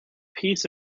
peace